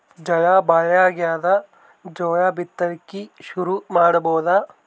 ಝಳಾ ಭಾಳಾಗ್ಯಾದ, ಜೋಳ ಬಿತ್ತಣಿಕಿ ಶುರು ಮಾಡಬೋದ?